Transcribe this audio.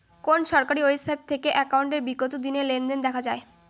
কোন সরকারি ওয়েবসাইট থেকে একাউন্টের বিগত দিনের লেনদেন দেখা যায়?